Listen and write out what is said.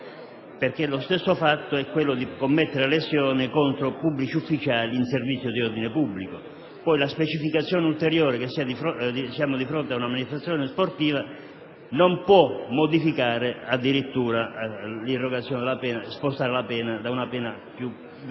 fatto. Lo stesso fatto è commettere lesione contro pubblici ufficiali in servizio di ordine pubblico; la specificazione ulteriore che siamo di fronte ad una manifestazione sportiva non può modificare addirittura l'irrogazione della pena, spostandola da una più